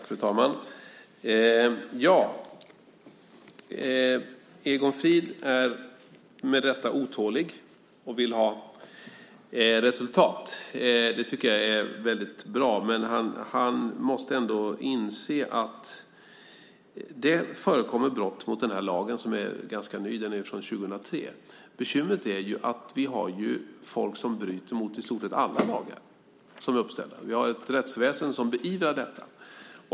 Fru talman! Egon Frid är otålig och vill ha resultat. Det tycker jag är väldigt bra. Det förekommer brott mot den här lagen som är ganska ny. Den är från 2003. Bekymret är att vi har folk som bryter mot i stort sett alla lagar som är uppställda. Vi har ett rättsväsende som beivrar detta.